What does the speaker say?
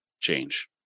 change